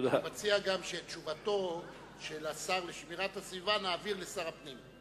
אני גם מציע שאת תשובתו של השר להגנת הסביבה נעביר לשר הפנים.